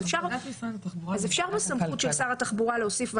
אז אפשר בסמכות של שר התחבורה להוסיף את